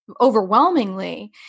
overwhelmingly